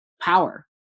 power